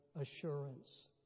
assurance